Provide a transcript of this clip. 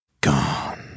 gone